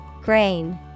Grain